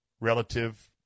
relative